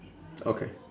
okay